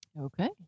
Okay